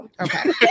Okay